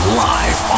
live